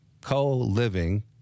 co-living